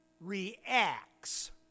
reacts